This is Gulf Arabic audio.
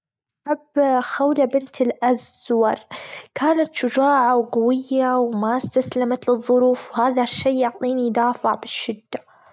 أحب خولة بنت الأسود كانت شجاعة، وجوية، وما استسلمت لظروف هذا الشي يعطيني دافع بشدة.